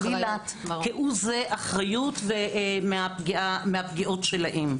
כהוא זה אחריות מהפגיעות שלהם.